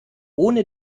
ohne